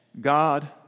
God